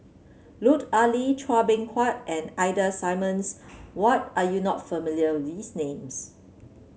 Lut Ali Chua Beng Huat and Ida Simmons what are you not familiar these names